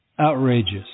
outrageous